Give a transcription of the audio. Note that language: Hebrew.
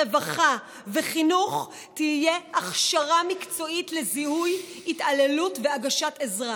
הרווחה והחינוך תהיה הכשרה מקצועית לזיהוי התעללות והגשת עזרה.